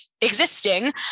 existing